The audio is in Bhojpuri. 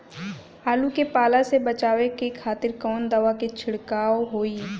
आलू के पाला से बचावे के खातिर कवन दवा के छिड़काव होई?